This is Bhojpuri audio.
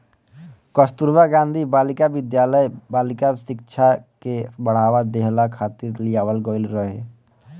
कस्तूरबा गांधी बालिका विद्यालय बालिका शिक्षा के बढ़ावा देहला खातिर लियावल गईल रहे